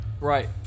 Right